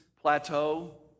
plateau